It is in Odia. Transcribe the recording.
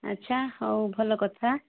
ଆଚ୍ଛା ହେଉ ଭଲ କଥା